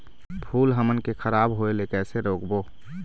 फूल हमन के खराब होए ले कैसे रोकबो?